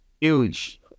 huge